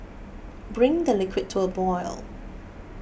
bring the liquid to a boil